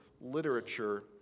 literature